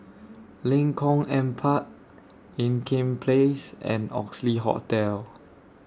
Lengkong Empat Ean Kiam Place and Oxley Hotel